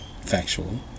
factual